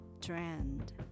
trend